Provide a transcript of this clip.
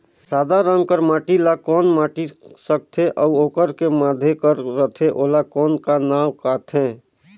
सादा रंग कर माटी ला कौन माटी सकथे अउ ओकर के माधे कर रथे ओला कौन का नाव काथे?